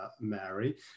Mary